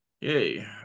yay